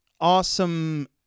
awesome